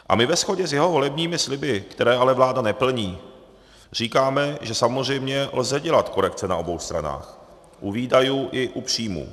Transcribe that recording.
A my ve shodě s jeho volebními sliby, které ale vláda neplní, říkáme, že samozřejmě lze dělat korekce na obou stranách u výdajů i u příjmů.